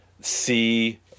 see